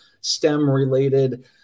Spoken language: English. STEM-related